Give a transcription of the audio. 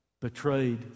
betrayed